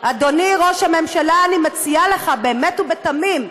אדוני ראש הממשלה, אני מציעה לך, באמת ובתמים,